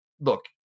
look